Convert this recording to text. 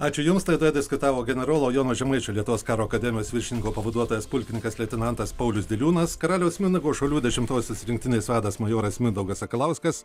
ačiū jums laidoje diskutavo generolo jono žemaičio lietuvos karo akademijos viršininko pavaduotojas pulkininkas leitenantas paulius diliūnas karaliaus mindaugo šaulių dešimtosios rinktinės vadas majoras mindaugas sakalauskas